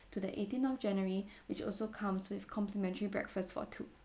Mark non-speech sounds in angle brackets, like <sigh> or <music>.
to the eighteenth of january <breath> which also comes with complimentary breakfast for two